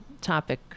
topic